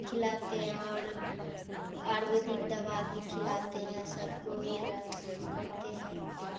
खिलाते हैं और आयुर्वेदिक दवा भी खिलाते हैं सबको ही रह करते हैं